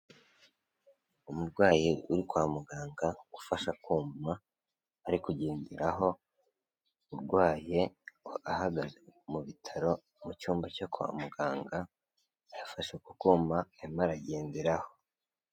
Umurwayi uri kwa muganga, ufasha akuma ari kugenderaho, urwaye ahagaze mu bitaro mu cyumba cyo kwa muganga, yafashe ku kuma arimo aragenderaho.